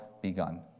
begun